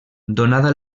donada